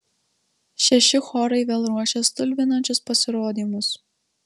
šeši chorai vėl ruošia stulbinančius pasirodymus